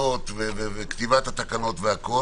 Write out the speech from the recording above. בכתיבת תקנות וכו',